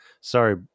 sorry